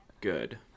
good